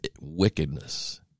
wickedness